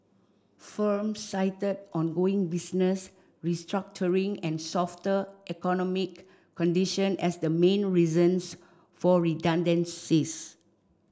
firms cited ongoing business restructuring and softer economic condition as the main reasons for redundancies